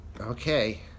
Okay